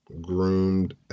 groomed